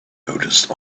noticed